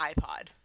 iPod